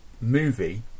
Movie